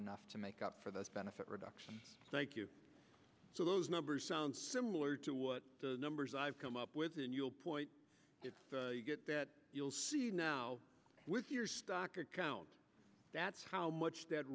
enough to make up for the benefit reduction thank you so those numbers sound similar to what the numbers i've come up with and you'll point if you get that you'll see now with your stock account that's how much that